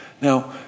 Now